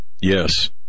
Yes